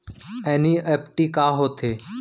NEFT का होथे?